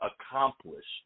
accomplished